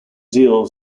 zeal